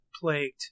plagued